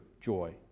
joy